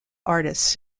artist